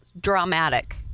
dramatic